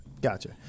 gotcha